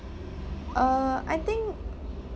uh I think